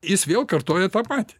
jis vėl kartoja tą patį